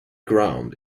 ground